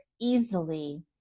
easily